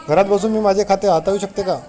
घरात बसून मी माझे खाते हाताळू शकते का?